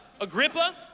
Agrippa